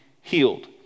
healed